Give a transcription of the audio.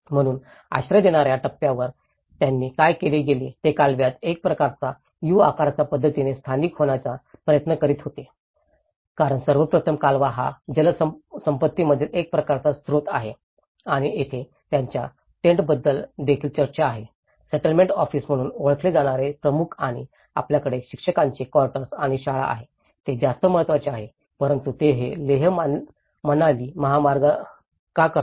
म्हणून आश्रय घेणा या टप्प्यावर त्यांनी काय केले ते कालव्यात एकप्रकारच्या यू आकाराच्या पद्धतीने स्थायिक होण्याचा प्रयत्न करीत होते कारण सर्वप्रथम कालवा हा जलसंपत्तीमधील एक महत्त्वाचा स्रोत आहे आणि येथे त्यांच्या टेन्टबद्दल देखील चर्चा आहे सेटलमेंट ऑफिस म्हणून ओळखले जाणारे प्रमुख आणि आपल्याकडे शिक्षकांचे क्वार्टर आणि शाळा आहे जे जास्त महत्वाचे आहेत परंतु ते हे लेह मनाली महामार्ग का करतात